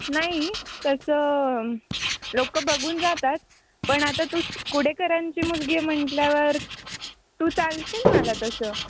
नाही तसं लोकं बघून जातात पण आता तू श कुडेकरांची मुलगी म्हटल्यावर तू चालशील मला तसं